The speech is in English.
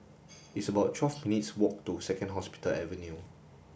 it's about twelve minutes' walk to Second Hospital Avenue